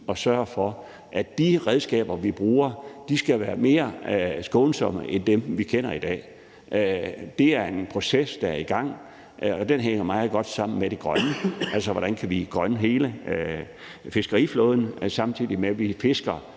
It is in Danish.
vi sørger for, at de redskaber, vi bruger, skal være mere skånsomme end dem, vi kender i dag. Det er en proces, der er i gang, og den hænger meget godt sammen med det grønne, altså hvordan vi kan grønne hele fiskeriflåden, samtidig med at vi fisker,